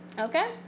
Okay